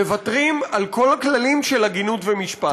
מוותרים על כל הכללים של הגינות ומשפט.